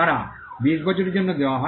তারা 20 বছরের জন্য দেওয়া হয়